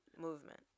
movement